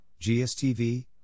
GSTV